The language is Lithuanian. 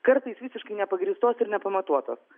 kartais visiškai nepagrįstos ir nepamatuotos